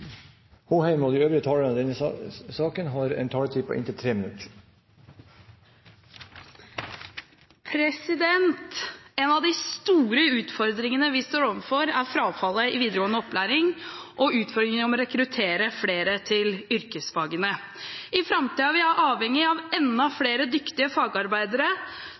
refererte til. De talere som heretter får ordet, har en taletid på inntil 3 minutter. En av de store utfordringene vi står overfor, er frafallet i videregående opplæring og utfordringen med å rekruttere flere til yrkesfagene. I framtiden er vi avhengig av enda flere dyktige fagarbeidere